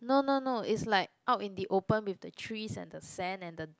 no no no it's like out in the open with the trees and the sand and the